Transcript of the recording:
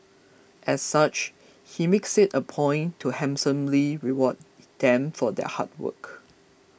as such he makes it a point to handsomely reward them for their hard work